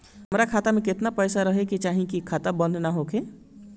हमार खाता मे केतना पैसा रहे के चाहीं की खाता बंद ना होखे?